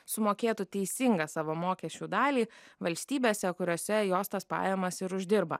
sumokėtų teisingą savo mokesčių dalį valstybėse kuriose jos tas pajamas ir uždirba